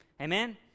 Amen